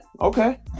okay